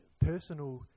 personal